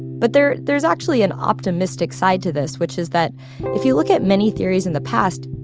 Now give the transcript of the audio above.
but there there is actually an optimistic side to this, which is that if you look at many theories in the past,